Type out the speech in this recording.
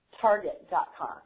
target.com